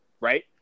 right